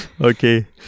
okay